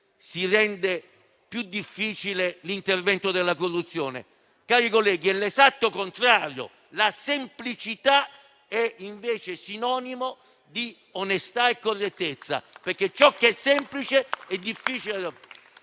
rende più difficile l'intervento della corruzione. Cari colleghi, è l'esatto contrario: la semplicità è sinonimo di onestà e correttezza, perché laddove c'è semplicità è difficile ci